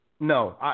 No